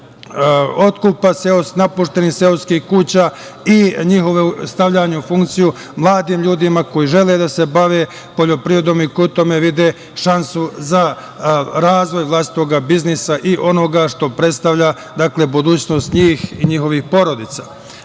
otkupa napuštenih seoskih kuća i njihovo stavljanje u funkciju mladim ljudima koji žele da se bave poljoprivredom i koji u tome vide šansu za razvoj vlastitog biznisa i onoga što predstavlja budućnost njih i njihovih porodica. Takođe